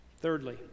Thirdly